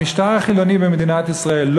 המשטר החילוני במדינת ישראל,